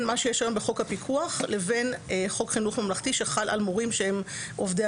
מה שיש היום בחוק הפיקוח לבין חוק חינוך ממלכתי שחל על מורים שהם עובדים